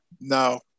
No